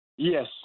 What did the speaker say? Yes